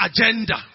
agenda